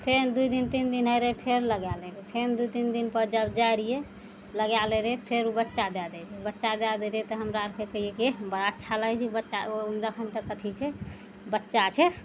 फेन दू दिन तीन दिन होइ रहय फेर लगाय लै रहय फेन दू तीन दिनपर जब जाइ रहियइ लगाय लै रहय फेर उ बच्चा दअ दै रहय बच्चा दए दै रहय तऽ हमरा अरके कहियै कि बड़ा अच्छा लागय छै बच्चा ओ जखन तक अथी छै बच्चा छै